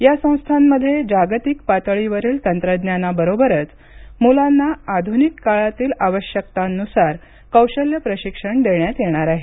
या संस्थांमध्ये जागतिक पातळीवरील तंत्रज्ञानाबरोबरच मुलांना आधुनिक काळातील आवश्यकतांनुसार कौशल्य प्रशिक्षण देण्यात येणार आहे